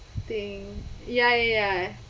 think ya ya ya